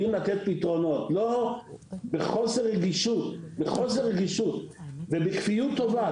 יודעים לתת פתרונות לא בחוסר רגישות ובכפיות טובה.